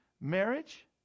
Marriage